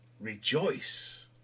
rejoice